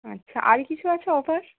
আচ্ছা আর কিছু আছে অফার